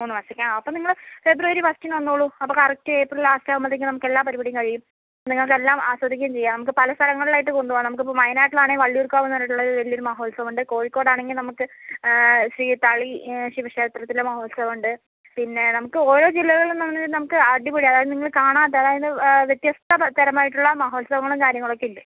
മൂന്നു മാസത്തേക്കാണ് അപ്പം നിങ്ങൾ ഫെബ്രുവരി ഫസ്റ്റിന് വന്നോളു അപ്പോൾ കറെക്റ്റ് ഏപ്രിൽ ലാസ്റ്റ് ആവുമ്പോഴേക്ക് നമൾക്കെല്ലാം പരിപാടിയും കഴിയും പിന്നെ നിങ്ങൾക്കെല്ലാം ആസ്വദിക്കുകയും ചെയ്യാം നമുക്ക് പല സ്ഥലങ്ങളിലായിട്ട് കൊണ്ടുപോകാം നമുക്കിപ്പോൾ വയനാട്ടിലാണെങ്കിൽ വള്ളിയൂർക്കാവ് എന്ന് പറഞ്ഞിട്ടുള്ള വലിയൊരു മഹോത്സമുണ്ട് കോഴിക്കോടാണെങ്കിൽ നമുക്ക് ശ്രീ തളി ശിവക്ഷേത്രത്തിലെ മഹോത്സവമുണ്ട് പിന്നെ നമുക്ക് ഓരോ ജില്ലകളിൽ നിന്നാണെങ്കിൽ നമുക്ക് അടിപൊളി അതായത് നിങ്ങള് കാണാത്ത അതായത് വ്യത്യസ്ഥപരമായിട്ടുള്ള മഹോത്സവങ്ങളും കാര്യങ്ങളൊക്കെ ഉണ്ട്